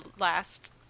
last